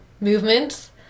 movements